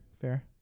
fair